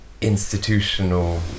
institutional